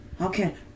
okay